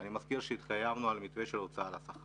אני מזכיר שהתחייבנו על המתווה של הוצאה על השכר.